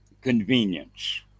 convenience